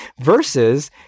versus